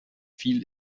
viel